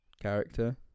character